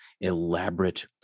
elaborate